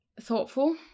thoughtful